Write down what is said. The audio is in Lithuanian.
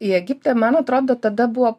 į egiptą man atrodo tada buvo